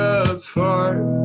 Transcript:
apart